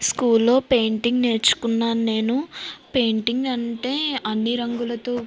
స్కూల్లో పెయింటింగ్ నేర్చుకున్నాను నేను పెయింటింగ్ అంటే అన్ని రంగులతో